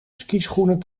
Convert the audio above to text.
skischoenen